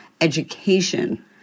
education